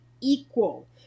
equal